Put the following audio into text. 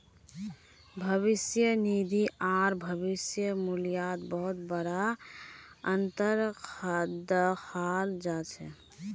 भविष्य निधि आर भविष्य मूल्यत बहुत बडा अनतर दखाल जा छ